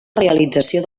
realització